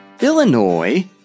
Illinois